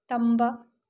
ꯇꯝꯕ